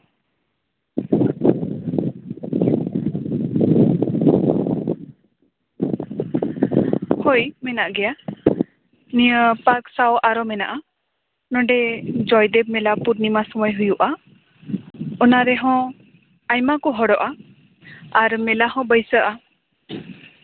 ᱦᱳᱭ ᱢᱮᱱᱟᱜ ᱜᱮᱭᱟ ᱱᱤᱭᱟᱹ ᱯᱟᱨᱠ ᱥᱟᱶ ᱟᱨᱚ ᱢᱮᱱᱟᱜᱼᱟ ᱱᱚᱸᱰᱮ ᱡᱚᱭᱫᱮᱵ ᱢᱮᱞᱟ ᱯᱩᱨᱱᱤᱢᱟ ᱥᱚᱢᱚᱭ ᱦᱩᱭᱩᱜᱼᱟ ᱚᱱᱟ ᱨᱮᱦᱚᱸ ᱟᱭᱢᱟ ᱠᱚ ᱦᱚᱲᱚᱜᱼᱟ ᱟᱨ ᱢᱮᱞᱟ ᱠᱚ ᱵᱟᱹᱭᱥᱟᱹᱜᱼᱟ